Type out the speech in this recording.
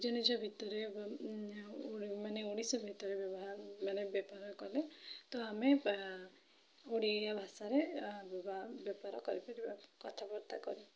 ନିଜ ନିଜ ଭିତରେ ମାନେ ଓଡ଼ିଶା ଭିତରେ ବ୍ୟବହାର ମାନେ ବେପାର କଲେ ତ ଆମେ ବା ଓଡ଼ିଆ ଭାଷାରେ ବେପାର କରିପାରିବା କଥାବାର୍ତ୍ତା କରି